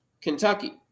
Kentucky